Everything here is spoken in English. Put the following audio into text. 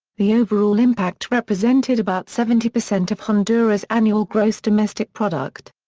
the overall impact represented about seventy percent of honduras's annual gross domestic product.